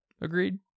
Agreed